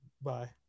Bye